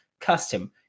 custom